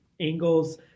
angles